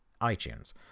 iTunes